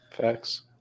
Facts